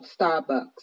Starbucks